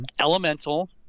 elemental